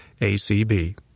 ACB